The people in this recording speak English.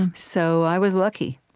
um so i was lucky